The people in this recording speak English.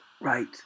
right